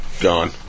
gone